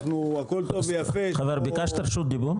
הכול טוב ויפה --- אבל ביקשת רשות דיבור?